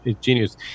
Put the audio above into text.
genius